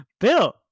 bill